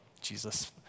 Jesus